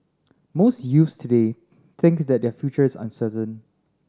most youths today think that their future is uncertain